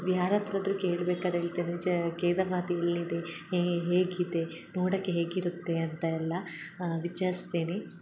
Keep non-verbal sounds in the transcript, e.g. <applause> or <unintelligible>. ಯಾರ ಹತ್ರ ಆದರು ಕೇಳ್ಬೇಕಾದ್ರೆ <unintelligible> ಕೇದಾರ್ನಾಥ್ ಎಲ್ಲಿದೆ ಹೇಗಿದೆ ನೋಡಾಕ್ಕೆ ಹೇಗೆ ಇರುತ್ತೆ ಅಂತ ಎಲ್ಲಾ ವಿಚಾರ್ಸ್ತೀನಿ